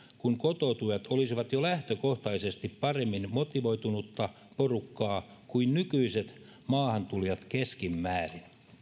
kun kotoutujat olisivat jo lähtökohtaisesti paremmin motivoitunutta porukkaa kuin nykyiset maahantulijat keskimäärin